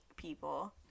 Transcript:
people